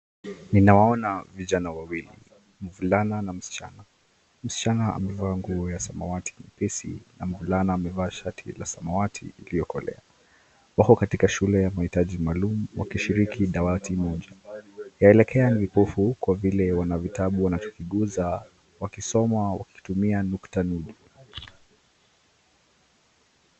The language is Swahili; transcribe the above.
Ninawaona vijana wawili mvulana na msichana. Msichana amevaa nguo ya samawati nyepesi na mvulana amevaa shati la samawati iliyokolea. Wako katika shule ya mahitaji maalum wakishiriki dawati moja, yaelekea ni vipofu kwa vile wana vitabu wanachokiguza wakisoma wakitumia nukta nundu.